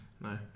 No